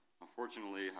Unfortunately